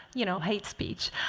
you know, hate speech.